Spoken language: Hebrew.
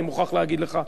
אני מוכרח להגיד לך,